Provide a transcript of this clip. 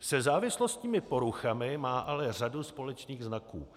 Se závislostními poruchami má ale řadu společných znaků.